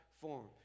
form